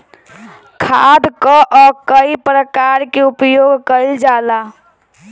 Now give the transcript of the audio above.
खाद कअ कई प्रकार से उपयोग कइल जाला